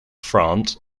france